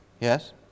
Yes